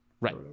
Right